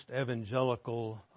evangelical